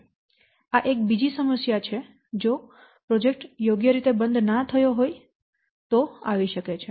તેથી આ એક બીજી સમસ્યા છે જે જો પ્રોજેક્ટ્સ યોગ્ય રીતે બંધ ન થયો હોય તો તમને મળશે